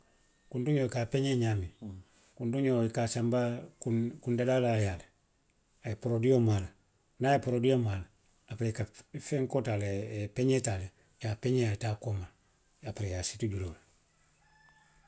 Kuntiňoo i ka a peňee ňaamiŋ, kuntiňoo i ka a sanba kuŋ, kuŋ dadaa yaa le, a ye poroodio maa a la, niŋ a ye poroodio maa a la. aperee i ka fenkoo taa le peňee taa le i ye a peňee a ye taa kooma, aperee i ye a siti juloo la.